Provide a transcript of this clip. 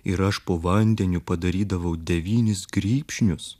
ir aš po vandeniu padarydavau devynis grybšnius